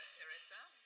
tereza.